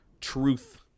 Truth